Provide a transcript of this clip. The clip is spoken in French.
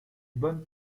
bonnes